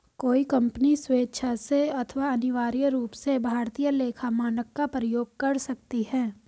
कोई कंपनी स्वेक्षा से अथवा अनिवार्य रूप से भारतीय लेखा मानक का प्रयोग कर सकती है